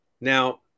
Now